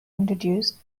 introduced